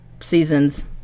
seasons